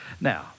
Now